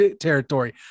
territory